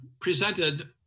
presented